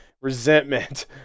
resentment